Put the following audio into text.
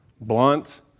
Blunt